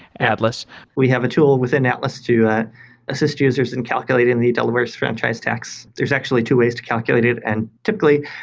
atlas we have a tool within atlas to assist users in calculating the delaware's franchise tax. there's actually two ways to calculate it. and typically,